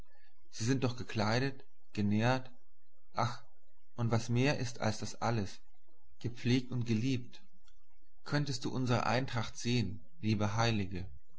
sie doch gekleidet genährt ach und was mehr ist als das alles gepflegt und geliebt könntest du unsere eintracht sehen liebe heilige